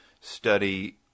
study